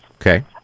Okay